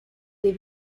they